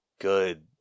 good